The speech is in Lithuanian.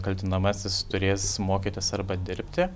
kaltinamasis turės mokytis arba dirbti